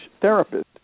therapist